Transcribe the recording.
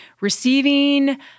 receiving